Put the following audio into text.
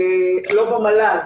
לא במל"ל,